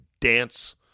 dance